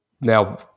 Now